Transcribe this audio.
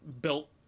built